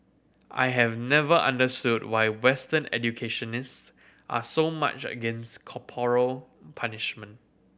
I have never understood why Western educationists are so much against corporal punishment